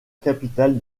capitale